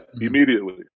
immediately